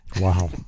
Wow